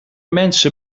mensen